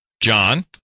John